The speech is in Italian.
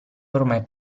ormai